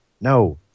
No